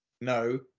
no